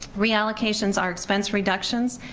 reallocations are expense reductions,